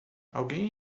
alguém